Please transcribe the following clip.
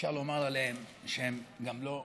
אפשר לומר עליהם שהם גם לא קיימים.